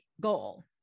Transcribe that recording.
goal